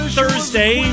Thursday